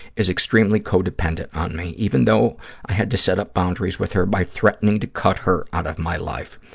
is extremely codependent on me, even though i had to set up boundaries with her by threatening to cut her out of my life.